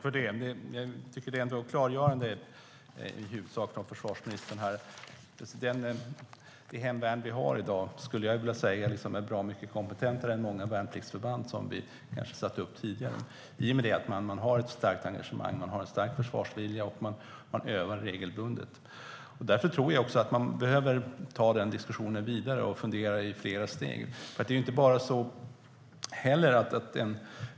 Herr talman! Vad försvarsministern har sagt har i huvudsak varit klargörande. Det hemvärn vi har i dag är bra mycket kompetentare än många värnpliktsförband som fanns tidigare i och med att det finns ett starkt engagemang, en stark försvarsvilja och att hemvärnet övar regelbundet. Därför behöver diskussionen tas vidare, och man behöver fundera i flera steg.